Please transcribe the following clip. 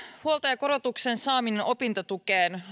huoltajakorotuksen saaminen opintotukeen